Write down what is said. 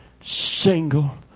single